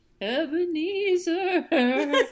Ebenezer